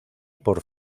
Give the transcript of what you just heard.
por